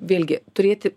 vėlgi turėti